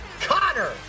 Connor